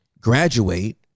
graduate